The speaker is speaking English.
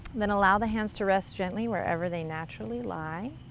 then allow the hands to rest gently wherever they naturally lie.